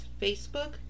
Facebook